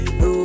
no